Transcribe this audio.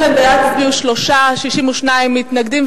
בעד הצביעו שלושה, 62 מתנגדים.